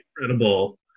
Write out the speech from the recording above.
incredible